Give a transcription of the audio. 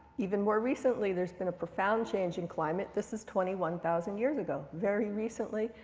even more recently, there's been a profound change in climate. this is twenty one thousand years ago, very recently.